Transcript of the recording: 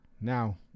Now